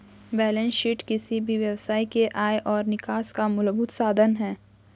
balance sheet किसी भी व्यवसाय के आय और निकास का मूलभूत साधन है